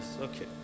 Okay